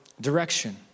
direction